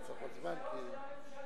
זה כישלון של הממשלה.